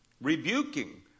rebuking